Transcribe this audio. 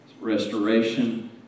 restoration